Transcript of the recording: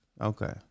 Okay